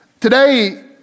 Today